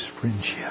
friendship